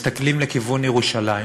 מסתכלים לכיוון ירושלים,